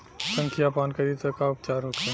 संखिया पान करी त का उपचार होखे?